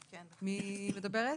כן, מי מדברת?